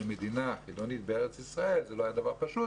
מדינה חילונית בארץ ישראל זה לא היה דבר פשוט